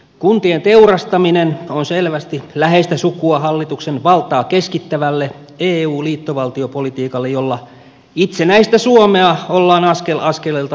kuntien teurastaminen on selvästi läheistä sukua hallituksen valtaa keskittävälle eu liittovaltiopolitiikalle jolla itsenäistä suomea ollaan askel askelelta tuhoamassa